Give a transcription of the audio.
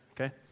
okay